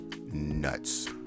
nuts